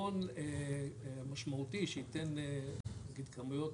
והפתרון המשמעותי שייתן כמויות